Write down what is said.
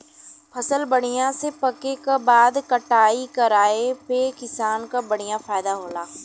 फसल बढ़िया से पके क बाद कटाई कराये पे किसान क बढ़िया फयदा होला